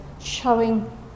showing